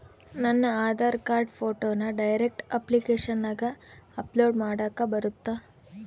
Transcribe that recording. ನನ್ನ ಆಧಾರ್ ಕಾರ್ಡ್ ಫೋಟೋನ ಡೈರೆಕ್ಟ್ ಅಪ್ಲಿಕೇಶನಗ ಅಪ್ಲೋಡ್ ಮಾಡಾಕ ಬರುತ್ತಾ?